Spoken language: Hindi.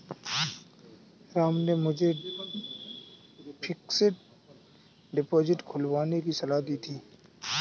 राम ने मुझे फिक्स्ड डिपोजिट खुलवाने की सलाह दी थी